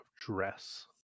dress